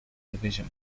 division